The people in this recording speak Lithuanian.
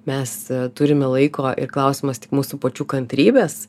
mes turime laiko ir klausimas tik mūsų pačių kantrybės